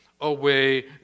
away